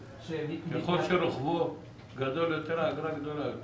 ככל שרוחבו גדול יותר, האגרה גבוהה יותר.